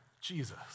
Jesus